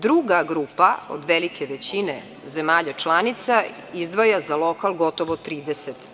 Druga grupa od velike većine zemalja članica izdvaja za lokal gotovo 30%